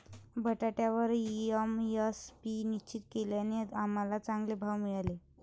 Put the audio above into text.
बटाट्यावर एम.एस.पी निश्चित केल्याने आम्हाला चांगले भाव मिळाले